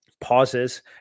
pauses